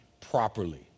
properly